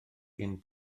gen